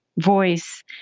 voice